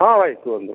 ହଁ ଭାଇ କୁହନ୍ତୁ